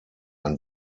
ein